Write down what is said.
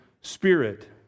Spirit